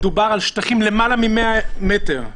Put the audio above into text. מדובר על שטחים למעלה מ-100 מטר.